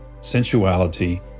sensuality